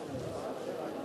תודה.